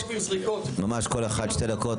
כל אחד ממש שתי דקות,